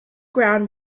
ground